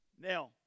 Now